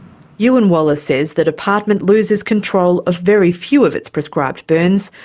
ewan waller says the department loses control of very few of its prescribed burns.